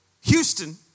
Houston